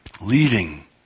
leading